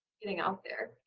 getting out there.